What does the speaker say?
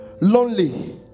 lonely